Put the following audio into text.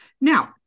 Now